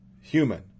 human